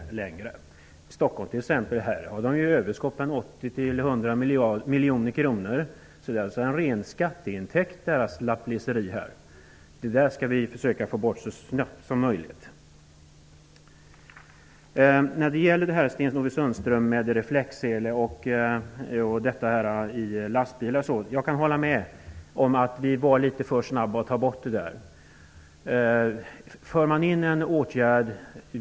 I t.ex. Stockholm har lapplisornas verksamhet inbringat ett överskott på 80--100 miljoner kronor. Stockholms ''lappliseri'' innebär alltså en ren skatteintäkt. Vi måste försöka att få bort lapplisorna så snabbt som möjligt. Sten-Ove Sundström talade om reflexselar. Jag kan hålla med om att det gick litet för snabbt att ta bort den regeln.